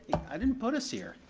i didn't put us here.